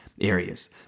areas